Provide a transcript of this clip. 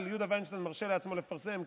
אבל יהודה וינשטיין מרשה לעצמו לפרסם,